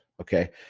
okay